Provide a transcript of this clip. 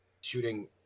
shooting